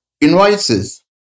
invoices